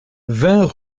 vingt